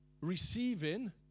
receiving